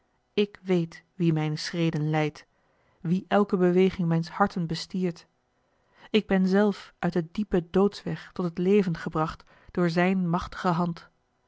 ik weet wie mijne schreden leidt wie elke beweging mijns harten bestiert ik ben zelf uit den diepen doodsweg tot het leven gebracht door zijne machtige hand